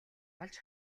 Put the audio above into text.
олж